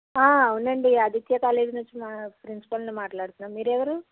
అవునండి ఆదిత్య కాలేజ్ నుంచి ప్రిన్సిపల్ని మాట్లాడుతున్నా మీరెవరు